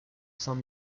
saint